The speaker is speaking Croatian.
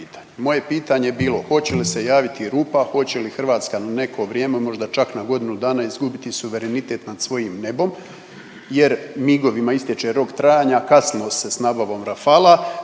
Moje pitanje je bilo hoće li se javiti rupa, hoće li Hrvatska na neko vrijeme, možda čak na godinu dana izgubiti suverenitet nad svojim nebom jer migovima istječe rok trajanja, a kasnimo s nabavom Rafaela,